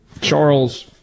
Charles